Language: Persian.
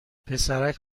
پسرک